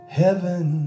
heaven